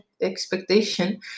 expectation